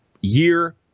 year